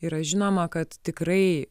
yra žinoma kad tikrai